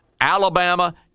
Alabama